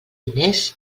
diners